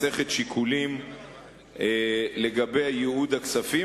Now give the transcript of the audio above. מסכת שיקולים לגבי ייעוד הכספים,